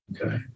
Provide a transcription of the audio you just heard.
Okay